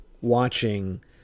watching